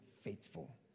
faithful